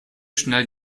schnell